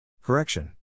Correction